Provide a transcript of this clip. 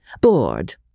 bored